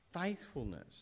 faithfulness